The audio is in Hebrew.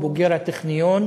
הוא בוגר הטכניון,